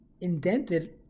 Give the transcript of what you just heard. indented